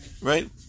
right